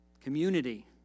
community